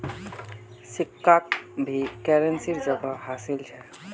सिक्काक भी करेंसीर जोगोह हासिल छ